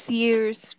years